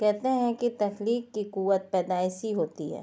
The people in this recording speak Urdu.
کہتے ہیں کہ تخلیق کی قوت پیدائشی ہوتی ہے